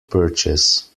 purchase